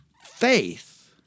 faith